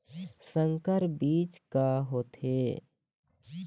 संकर बीज का होथे?